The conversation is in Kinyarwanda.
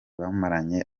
bamaranye